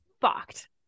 fucked